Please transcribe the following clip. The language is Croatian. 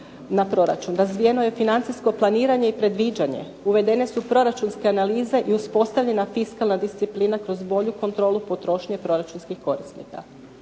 Razvijeno je financijsko planiranje i predviđanje, uvedene su proračunske analize i uspostavljena fiskalna disciplina kroz bolju kontrolu potrošnje proračunskih korisnika.